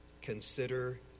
Consider